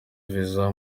visa